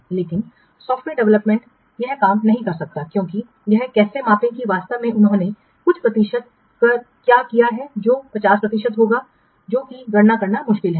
लेकिन software development यह काम नहीं कर सकता है क्योंकि यह कैसे मापें कि वास्तव में उन्होंने कुछ 50 प्रतिशत क्या किया है जो 50 प्रतिशत होगा जो कि गणना करना मुश्किल होगा